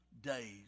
days